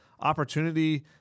opportunity